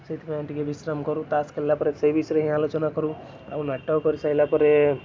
ସେଇଥିପାଇଁ ଟିକିଏ ବିଶ୍ରାମ କରୁ ତାସ୍ ଖେଳିଲା ପରେ ସେହି ବିଷୟରେ ହିଁ ଆଲୋଚନା କରୁ ଆଉ ନାଟକ କରି ସାଇଲା ପରେ